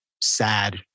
sad